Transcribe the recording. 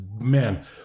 man